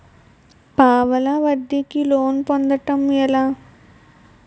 పావలా వడ్డీ కి లోన్ పొందటం ఎలా?